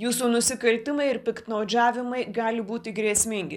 jūsų nusikaltimai ir piktnaudžiavimai gali būti grėsmingi